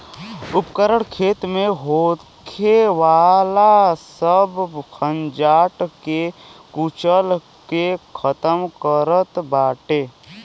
उपकरण खेत में होखे वाला सब खंजाट के कुचल के खतम करत बाटे